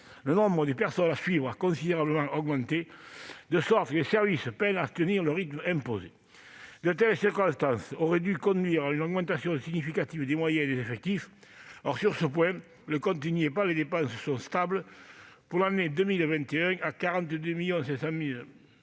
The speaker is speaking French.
Le nombre des personnes à suivre a considérablement augmenté, de sorte que les services peinent à tenir le rythme imposé. De telles circonstances auraient dû conduire à une augmentation significative des moyens et des effectifs. Or, sur ce point, le compte n'y est pas : les dépenses sont stables pour l'année 2021 à 42,5 millions d'euros,